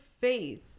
faith